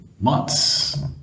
months